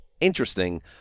interesting